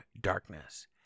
darkness